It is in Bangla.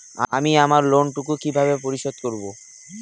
আমি আমার লোন টুকু কিভাবে পরিশোধ করব?